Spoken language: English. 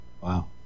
Wow